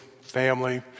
family